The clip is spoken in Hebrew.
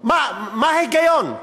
מה ההיגיון?